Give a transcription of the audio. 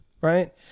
right